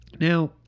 Now